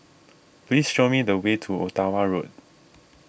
please show me the way to Ottawa Road